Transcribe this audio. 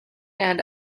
and